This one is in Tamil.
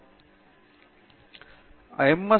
அனந்த சுப்பிரமணியன் ஆமாம் எம்